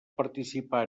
participar